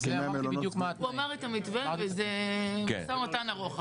הוא אמר את המתווה וזה משא ומתן ארוך.